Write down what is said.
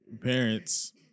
parents